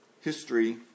history